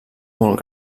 molt